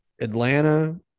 Atlanta